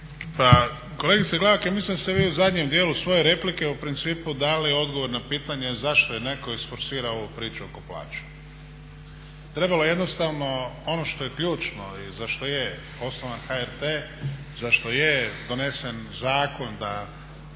Pa kolegice Glavak ja mislim da ste vi u zadnjem djelu svoje replike u principu dali odgovor na pitanje zašto je netko isforsirao ovu priču oko plaće. Trebalo je jednostavno ono što je ključno i za što je osnovan HRT, zašto je donesen zakon da